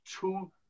two